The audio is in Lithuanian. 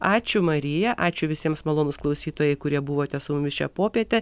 ačiū marija ačiū visiems malonūs klausytojai kurie buvote su mumis šią popietę